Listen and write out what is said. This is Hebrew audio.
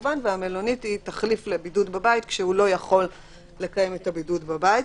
והמלונית היא תחליף לבידוד בבית כשהוא לא יכול לקיים את הבידוד בבית.